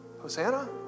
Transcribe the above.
Hosanna